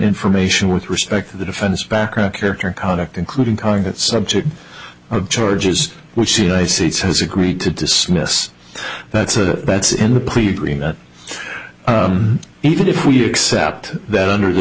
information with respect to the defense background character conduct including carpet subject of charges which the united states has agreed to dismiss that's a that's in the plea that even if we accept that under the